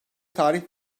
tarih